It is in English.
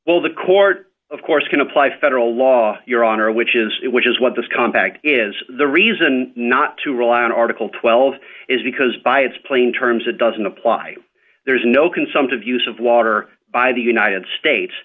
well the court of course can apply federal law your honor which is it which is what this compact is the reason not to rely on article twelve is because by its plain terms it doesn't apply there is no consumptive use of water by the united states